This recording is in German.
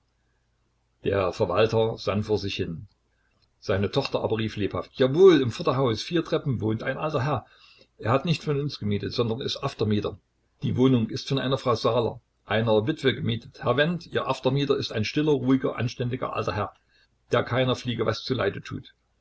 der verwalter sann vor sich hin seine tochter aber rief lebhaft jawohl im vorderhause vier treppen wohnt ein alter herr er hat nicht von uns gemietet sondern ist aftermieter die wohnung ist von einer frau saaler einer witwe gemietet herr wendt ihr aftermieter ist ein stiller ruhiger anständiger alter herr der keiner fliege was zu leide tut